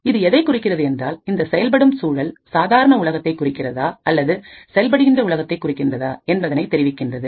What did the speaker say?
இது எதைக் குறிக்கிறது என்றால் இந்த செயல்படும் சூழல் சாதாரண உலகத்தை குறிக்கிறதா அல்லது செயல்படுகின்ற உலகத்தை குறிக்கிறதா என்பதை தெரிவிக்கின்றது